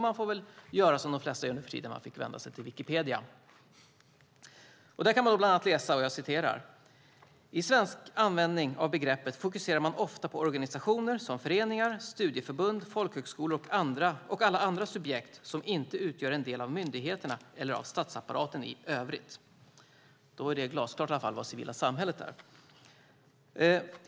Jag fick göra som de flesta nu för tiden och vända mig till Wikipedia: "I svensk användning av begreppet fokuserar man ofta på organisationer som föreningar, studieförbund, folkhögskolor och alla andra subjekt som inte utgör en del av myndigheterna eller av statsapparaten i övrigt." Då är det i alla fall glasklart vad det civila samhället är.